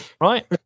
Right